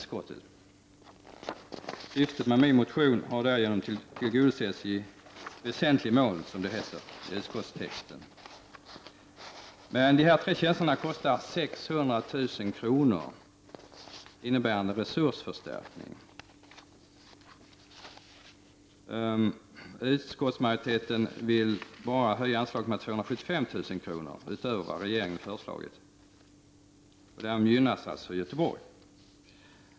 Syftet med min motion har därigenom tillgodosetts i väsentlig mån, som det heter i utskottstexten. Men resursförstärkningen i form av de tre tjänsterna kostar 600 000 kr. Utskottsmajoriteten vill bara höja anslaget med 275 000 kr. utöver vad regeringen har föreslagit, och därmed gynnas alltså Göteborg.